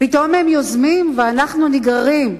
פתאום הם יוזמים ואנחנו נגררים.